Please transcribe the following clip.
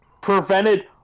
Prevented